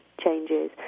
changes